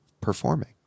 performing